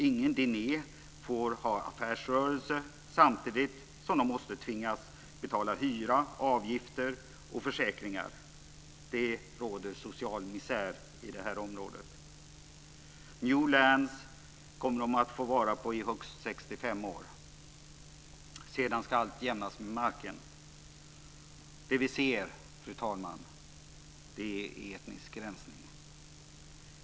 Ingen dineh får ha affärsrörelse, samtidigt som de tvingas betala hyra, avgifter och försäkringar. Det råder social misär i det här området. New Lands kommer de att få vara på i högst 65 år. Sedan ska allt jämnas med marken. Det vi ser, fru talman, är etnisk rensning.